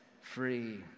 free